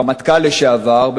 רמטכ"ל לשעבר,